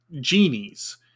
genies